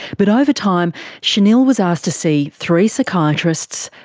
but over time shanil was asked to see three psychiatrists,